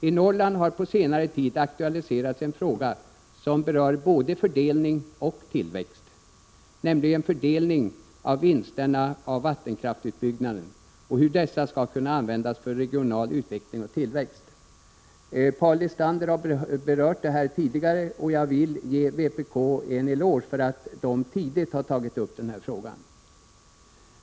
I Norrland har på senare tid aktualiserats en fråga som berör både fördelning och tillväxt, nämligen fördelningen av vinsterna av vattenkraftsutbyggnaden och hur dessa vinster skall kunna användas för regional utveckling och tillväxt. Paul Lestander har berört det tidigare, och jag vill ge vpk en eloge för att man tidigt tagit upp den här frågan.